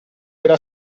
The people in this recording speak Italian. era